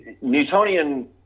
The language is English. Newtonian